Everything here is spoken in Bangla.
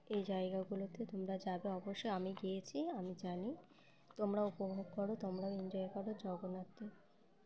এই জায়গাগুলোতে তোমরা যাবে অবশ্যই আমি গিয়েছি আমি জানি তোমরাও উপভোগ করো তোমরাও এনজয় করো জগন্নাথের